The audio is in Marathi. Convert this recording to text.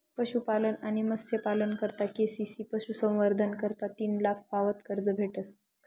पशुपालन आणि मत्स्यपालना करता के.सी.सी पशुसंवर्धन करता तीन लाख पावत कर्ज भेटस